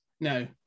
No